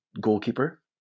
goalkeeper